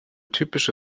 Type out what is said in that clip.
typische